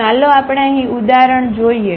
તો ચાલો આપણે અહીં ઉદાહરણ જોઈએ